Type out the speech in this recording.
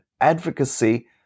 advocacy